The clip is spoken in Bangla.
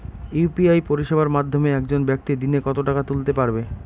ইউ.পি.আই পরিষেবার মাধ্যমে একজন ব্যাক্তি দিনে কত টাকা তুলতে পারবে?